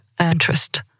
interest